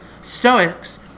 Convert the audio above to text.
Stoics